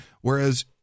Whereas